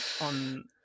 on